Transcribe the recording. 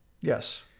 Yes